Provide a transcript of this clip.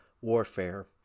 warfare